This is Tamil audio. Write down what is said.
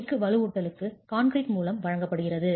எஃகு வலுவூட்டலுக்கு கான்கிரீட் மூலம் வழங்கப்படுகிறது